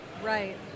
Right